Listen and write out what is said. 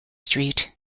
street